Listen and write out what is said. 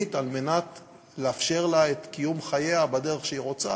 החילונית על מנת לאפשר לה את קיום חייה בדרך שהיא רוצה,